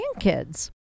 grandkids